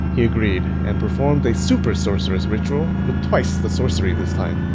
he agreed, and performed a super sorcerous ritual, with twice the sorcery this time.